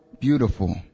beautiful